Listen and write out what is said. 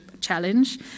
challenge